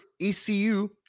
ECU